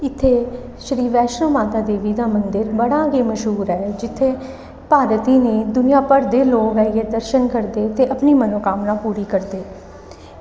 इत्थें श्रीमाता वैष्णो देवी दा मंदर बड़ा गै मश्हूर ऐ जित्थै भारत गै नेईं दूनिया भर दे लोक आइयै दर्शन करदे ते अपनी मनोकामना पूरी करदे